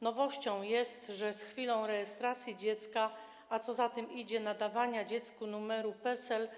Nowością jest, że z chwilą rejestracji dziecka, a co za tym idzie nadawania dziecku numeru PESEL,